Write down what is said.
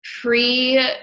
pre